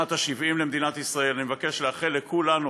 ה-70 למדינת ישראל אני מבקש לאחל לכולנו,